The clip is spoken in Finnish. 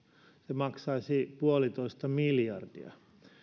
se maksaisi puolitoista miljardia